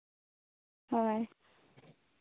ᱦᱳᱭ